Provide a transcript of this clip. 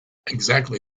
exactly